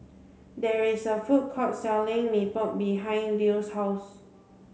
there is a food court selling Mee Pok behind Lew's house